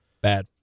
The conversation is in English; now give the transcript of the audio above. Bad